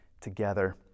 together